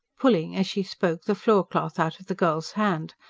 pulling, as she spoke, the floorcloth out of the girl's hand.